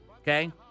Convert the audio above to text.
Okay